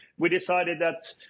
we decided that